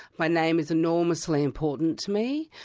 my name is enormously important to me,